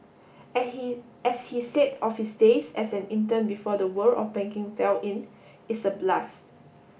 his as he said of his days as an intern before the world of banking fell in it's a blast